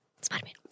Spider-Man